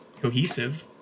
cohesive